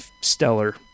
stellar